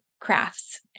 crafts